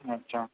अच्छा